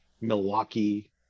Milwaukee